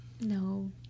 no